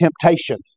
temptation